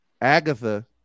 Agatha